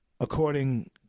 according